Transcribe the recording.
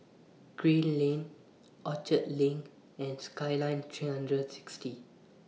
Green Lane Orchard LINK and Skyline three hundred and sixty